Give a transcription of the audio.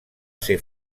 ser